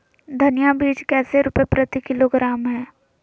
धनिया बीज कैसे रुपए प्रति किलोग्राम है?